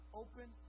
open